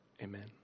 Amen